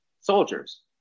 soldiers